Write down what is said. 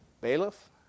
bailiff